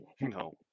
No